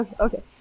Okay